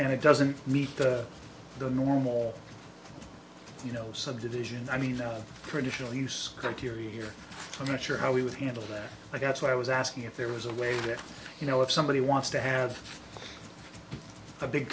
know it doesn't meet the normal you know subdivision i mean the traditional use for teary here i'm not sure how we would handle that but that's what i was asking if there was a way that you know if somebody wants to have a big